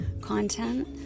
content